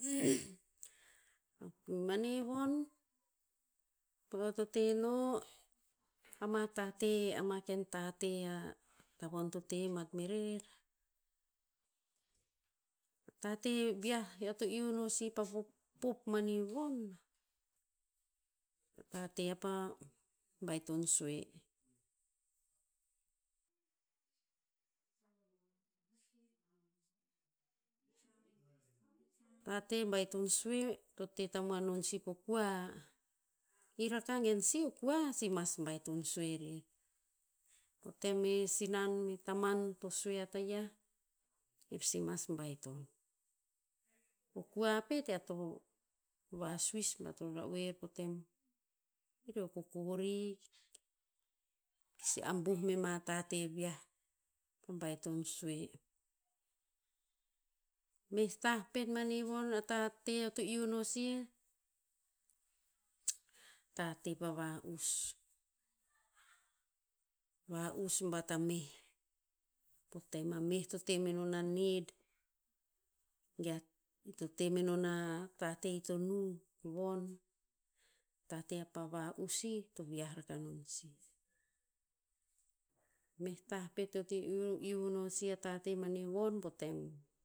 mani von, po o eo to te no, ama tate, ama ken tate a tavon to te bat merer, a tate viah eo to iu no sih pa pop- pop mani von. A tate apa baiton sue. Tate baiton sue, to te tamuan non sih po kua. I raka gen si o kua, si mas baiton sue rer. Po tem e sinan me taman to sue a tayiah, ir si mas baiton. O kua pet ear to vasuis bat ror ra'oer po tem, ir he o kokori, ki si abuh me ma tate viah. Pa baiton sue. Meh tah pet mani von, a tate eo to iu no sih, tate pa va'us. Va'us bat a meh. Po tem a meh to te menon a nid, ge a. I to te menon a tate i to nung von. Tate apa va'us sih, to vi'ah raka non sih. Meh tah pet eo to iu- iu no sih a tate mani von po tem